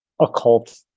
occult